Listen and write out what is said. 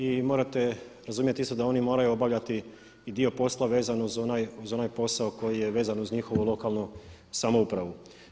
I morate razumjeti isto da oni moraju obavljati i dio posla vezano uz onaj posao koji je vezan uz njihovu lokalnu samoupravu.